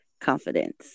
confidence